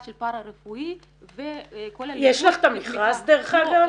של פארא-רפואי וכל הליווי -- יש לך את המכרז דרך אגב?